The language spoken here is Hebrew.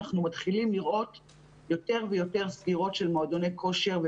אנחנו מתחילים לראות יותר ויותר סגירות של מועדוני כושר.